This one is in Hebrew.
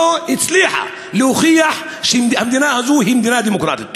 לא הצליחה להוכיח שהמדינה הזאת היא מדינה דמוקרטית.